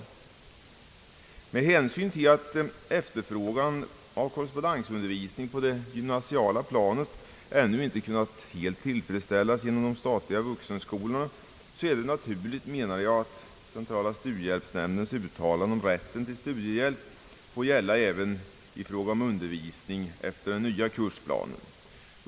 Med hänsyn till att efterfrågan på korrespondensundervisning på det gymnasiala planet ännu inte helt kunnat tillfredsställas av de statliga vuxenskolorna, är det naturligt att centrala studiehjälpsnämndens uttalande om rätten till studiehjälp får gälla även i fråga om un dervisning efter den nya kursplanen.